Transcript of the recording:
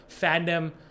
fandom